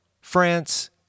France